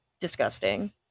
disgusting